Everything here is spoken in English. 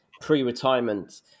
pre-retirement